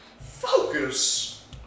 Focus